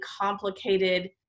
complicated